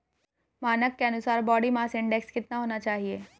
मानक के अनुसार बॉडी मास इंडेक्स कितना होना चाहिए?